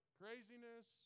craziness